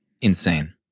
Insane